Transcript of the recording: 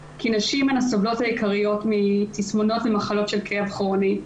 כי נשים הן הסובלות העיקריות מתסמונות של למחלות של כאב כרוני,